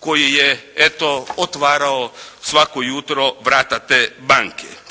koji je eto otvarao svako jutro vrata te banke.